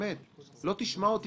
לא מתמודד,